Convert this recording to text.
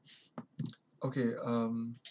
okay um